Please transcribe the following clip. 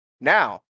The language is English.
Now